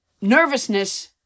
nervousness